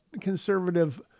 conservative